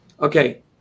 Okay